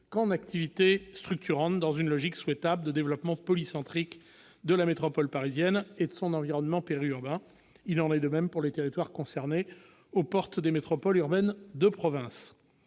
que d'activités structurantes, la logique étant celle, souhaitable, du développement polycentrique de la métropole parisienne et de son environnement périurbain. Il en est de même pour les territoires concernés situés aux portes des métropoles urbaines de province.